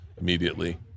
immediately